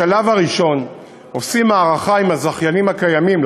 בשלב הראשון עושים הערכה עם הזכיינים הקיימים,